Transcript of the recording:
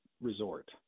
resort